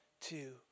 two